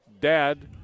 dad